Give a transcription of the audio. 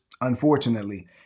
Unfortunately